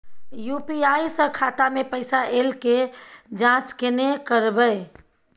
UPI स खाता मे पैसा ऐल के जाँच केने करबै?